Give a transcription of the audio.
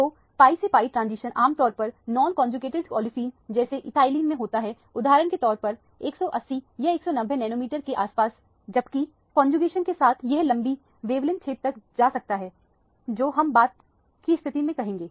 तो pi से pi transition आमतौर पर नॉन कौनजूगेटेड ओलेफिन्स जैसे इथाईलीन मैं होता है उदाहरण के तौर पर 180 या 190 नैनोमीटर के आसपास जबकि कौनजुकेशन के साथ यह लंबी वेवलेंथ क्षेत्र तक जा सकता है जो हम बात की स्थिति में कहेंगे